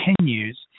continues